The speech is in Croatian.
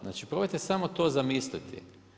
Znali, probajte samo to zamisliti.